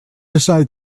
decided